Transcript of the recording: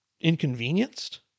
inconvenienced